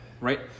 right